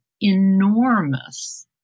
enormous